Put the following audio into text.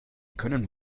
könnt